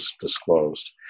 disclosed